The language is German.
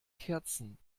kerzen